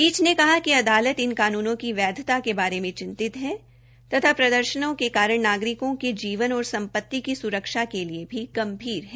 पीठ ने कहा कि अदालत इन कानूनों की वैधता के बारे में चिंतित है तथा प्रदर्शनों के कारण नागरिकों के जीवन और सम्पति की स्रक्षा के लिए भी गंभीर है